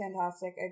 fantastic